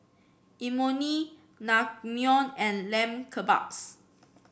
Imoni Naengmyeon and Lamb Kebabs